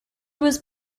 was